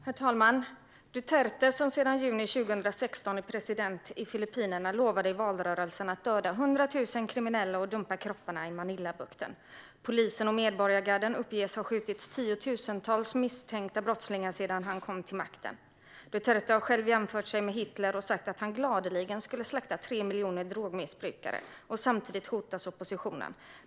Herr talman! Duterte, som sedan juni 2016 är president i Filippinerna, lovade i valrörelsen att döda hundra tusen kriminella och dumpa kropparna i Manilabukten. Polisen och medborgargarden uppges ha skjutit tiotusentals misstänkta brottslingar sedan han kom till makten. Duterte har själv jämfört sig med Hitler och har sagt att han gladeligen skulle slakta tre miljoner drogmissbrukare. Samtidigt hotas oppositionen.